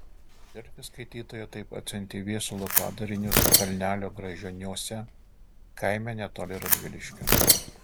delfi skaitytoja taip atsiuntė viesulo padarinius kalnelio gražioniuose kaime netoli radviliškio